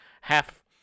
half